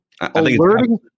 alerting